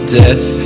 death